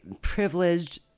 privileged